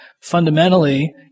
fundamentally